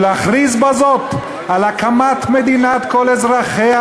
ולהכריז בזאת על הקמת מדינת כל אזרחיה,